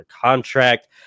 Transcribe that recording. contract